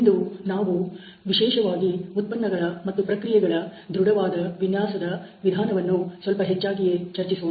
ಇಂದು ನಾವು ವಿಶೇಷವಾಗಿ ಉತ್ಪನ್ನಗಳ ಮತ್ತು ಪ್ರಕ್ರಿಯೆಗಳ ದೃಢವಾದ ವಿನ್ಯಾಸದ ವಿಧಾನವನ್ನು ಸ್ವಲ್ಪ ಹೆಚ್ಚಾಗಿಯೇ ಚರ್ಚಿಸೋಣ